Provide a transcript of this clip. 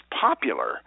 popular